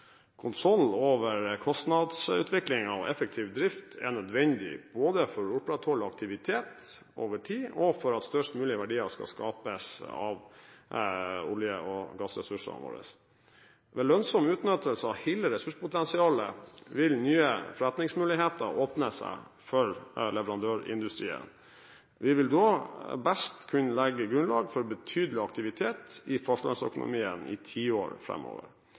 Kontroll over kostnadsutviklingen og effektiv drift er nødvendig både for å opprettholde aktivitet over tid og for at størst mulige verdier skal skapes av olje- og gassressursene våre. Ved lønnsom utnyttelse av hele ressurspotensialet vil nye forretningsmuligheter åpne seg for leverandørindustrien. Vi vil da best kunne legge grunnlag for betydelig aktivitet i fastlandsøkonomien i